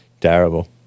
Terrible